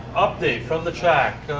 update from the track.